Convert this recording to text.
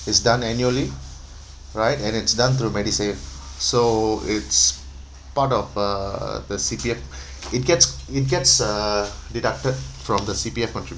is done annually right and it's done through MediSave so it's part of uh the C_P_F it gets it gets uh deducted from the C_P_F contribution